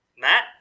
Matt